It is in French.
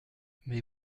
mais